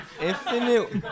Infinite